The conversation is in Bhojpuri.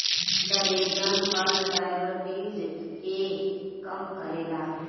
डरेगन फल डायबटीज के कम करेला